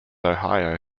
ohio